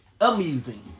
amusing